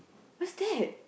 what's that